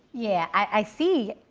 yeah. i see.